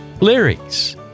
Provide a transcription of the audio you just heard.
Lyrics